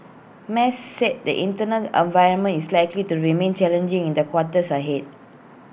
mas said the internal environment is likely to remain challenging in the quarters ahead